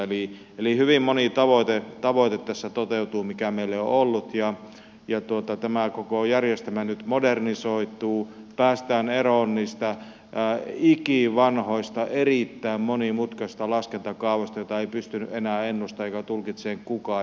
eli tässä toteutuu hyvin moni tavoite mitä meillä on ollut ja tämä koko järjestelmä nyt modernisoituu päästään eroon niistä ikivanhoista erittäin monimutkaisista laskentakaavoista joita ei pystynyt enää ennustamaan eikä tulkitsemaan kukaan